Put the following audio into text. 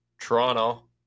Toronto